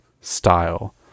style